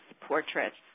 portraits